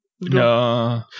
No